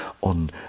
on